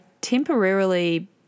temporarily